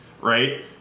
right